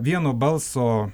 vieno balso